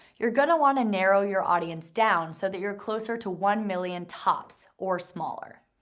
you're gonna wanna narrow your audience down so that you're closer to one million tops or smaller.